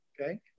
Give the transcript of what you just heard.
Okay